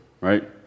right